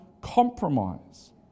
compromise